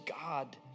God